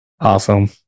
Awesome